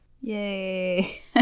Yay